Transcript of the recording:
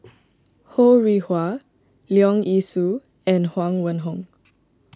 Ho Rih Hwa Leong Yee Soo and Huang Wenhong